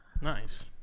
nice